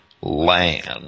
land